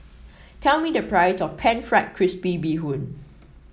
tell me the price of pan fried crispy Bee Hoon